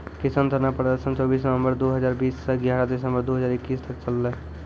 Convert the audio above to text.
किसान धरना प्रदर्शन चौबीस नवंबर दु हजार बीस स ग्यारह दिसंबर दू हजार इक्कीस तक चललै